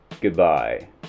goodbye